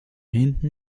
hinten